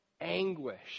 anguish